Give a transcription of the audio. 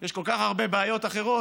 יש כל כך הרבה בעיות אחרות.